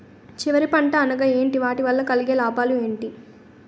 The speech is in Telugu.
చివరి పంట అనగా ఏంటి వాటి వల్ల కలిగే లాభాలు ఏంటి